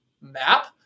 map